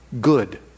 good